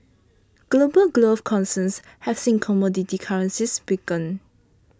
global growth concerns have seen commodity currencies weaken